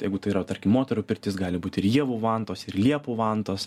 jeigu tai yra tarkim moterų pirtis gali būt ir ievų vantos ir liepų vantos